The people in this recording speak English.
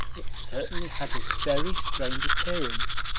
it certainly had a very strange appearance.